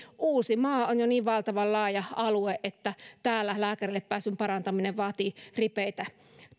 uusimaa on jo niin valtavan laaja alue että täällä lääkärille pääsyn parantaminen vaatii ripeitä